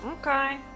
Okay